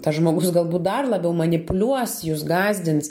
tas žmogus galbūt dar labiau manipuliuos jus gąsdins